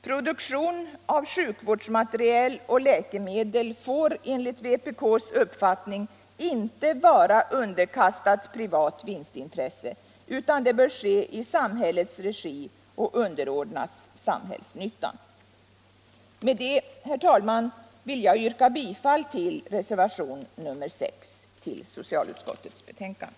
Produktion av sjukvårdsmateriel och läkemedel får enligt vpk:s uppfattning inte vara underkastad privat vinstintresse utan bör ske i samhällets regi och underordnas samhällsnyttan. Med detta, herr talman, vill jag yrka bifall till reservationen 6 i socialutskottets betänkande.